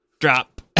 drop